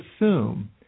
assume